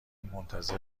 منتظر